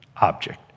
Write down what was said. Object